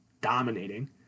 dominating